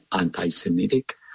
anti-Semitic